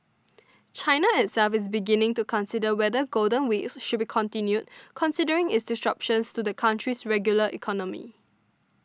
China itself is beginning to consider whether Golden Weeks should be continued considering its disruptions to the country's regular economy